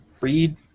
Read